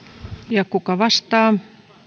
ja kuka vastaa